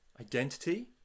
identity